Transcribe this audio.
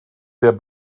der